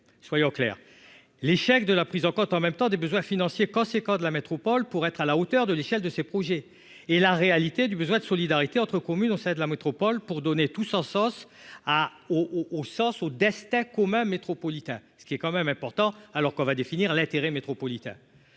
Soyons clairs, l'échec de la prise en compte en même temps, des besoins financiers conséquents de la métropole pour être à la hauteur de l'échelle de ces projets et la réalité du besoin de solidarité entre communes au sein de la métropole pour donner tout sans sauce. Ah au au sens au destin commun métropolitain. Ce qui est quand même important alors qu'on va définir l'intérêt métropolitain.